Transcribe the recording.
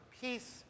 Peace